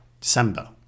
December